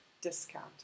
discount